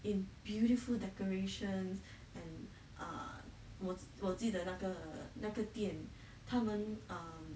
in beautiful decorations and err 我我记得那个那个店他们 um